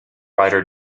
rider